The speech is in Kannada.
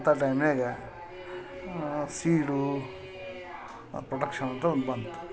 ಅಂತ ಟೈಮ್ನಾಗೆ ಸೀಡೂ ಪ್ರೊಡಕ್ಷನ್ ಅಂತ ಒಂದು ಬಂತು